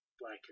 Black